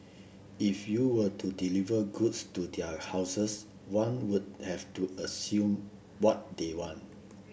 if you were to deliver goods to their houses one would have to assume what they want